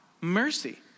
mercy